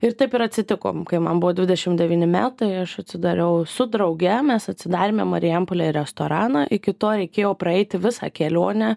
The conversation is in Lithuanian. ir taip ir atsitiko kai man buvo dvidešim devyni metai aš atsidariau su drauge mes atsidarėme marijampolėje restoraną iki to reikėjo praeiti visą kelionę